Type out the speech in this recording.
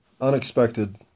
unexpected